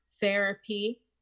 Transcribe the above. therapy